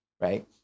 right